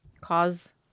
cause